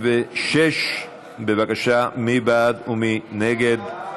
96). בבקשה, מי בעד ומי נגד?